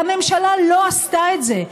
והממשלה לא עשתה את זה,